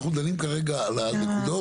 אנחנו דנים כרגע על הנקודות.